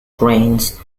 drains